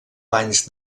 banys